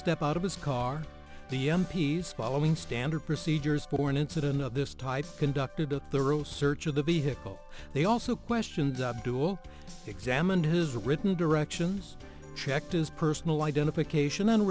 step out of his car the m p s following standard procedures for an incident of this type conducted a thorough search of the vehicle they also questioned examined his written directions checked his personal identification on